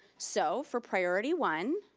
so for priority one,